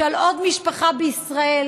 עוד משפחה בישראל